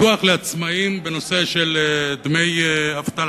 ביטוח לעצמאים בנושא של דמי אבטלה.